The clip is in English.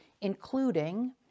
including